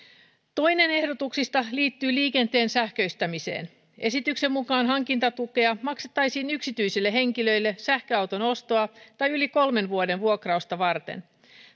toinen ehdotuksista liittyy liikenteen sähköistämiseen esityksen mukaan hankintatukea maksettaisiin yksityisille henkilöille sähköauton ostoa tai yli kolmen vuoden vuokrausta varten